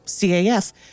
CAF